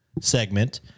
segment